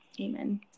Amen